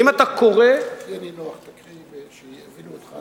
האם אתה קורא, תהיה נינוח, תקריא שיבינו אותך.